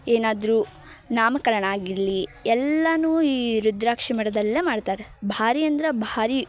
ಏನಾದರೂ ನಾಮಕರಣ ಆಗಿರಲಿ ಎಲ್ಲವೂ ಈ ರುದ್ರಾಕ್ಷಿ ಮಠದಲ್ಲೇ ಮಾಡ್ತಾರ ಭಾರಿ ಅಂದ್ರೆ ಭಾರಿ